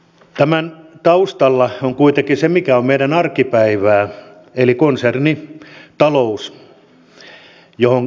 tämän taustalla on kuitenkin se mikä on meidän arkipäiväämme eli konsernitalous jonka puijauksiin on puututtava